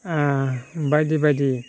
बायदि बायदि